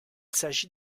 s’agit